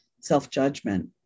self-judgment